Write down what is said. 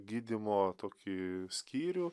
gydymo tokį skyrių